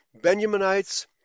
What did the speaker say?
Benjaminites